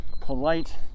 Polite